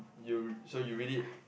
you so you really